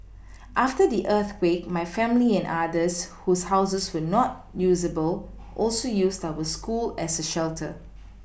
after the earthquake my family and others whose houses were not usable also used our school as a shelter